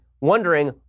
wondering